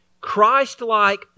Christ-like